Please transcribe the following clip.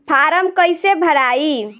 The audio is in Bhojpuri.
फारम कईसे भराई?